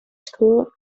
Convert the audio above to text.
school